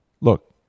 Look